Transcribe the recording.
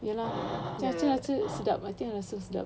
ye lah rasa rasa sedap I think rasa sedap